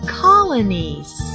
colonies